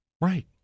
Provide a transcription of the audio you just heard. right